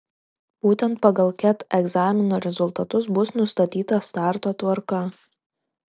būtent pagal ket egzamino rezultatus bus nustatyta starto tvarka